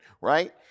right